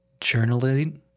Journaling